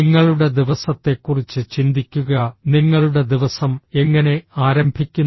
നിങ്ങളുടെ ദിവസത്തെക്കുറിച്ച് ചിന്തിക്കുക നിങ്ങളുടെ ദിവസം എങ്ങനെ ആരംഭിക്കുന്നു